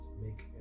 Make